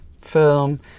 film